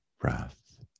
breath